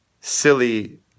silly